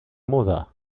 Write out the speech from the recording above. moda